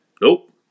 Nope